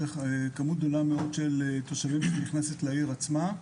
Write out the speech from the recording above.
זו כמות גדולה מאוד של תושבים שנכנסת לעיר עצמה.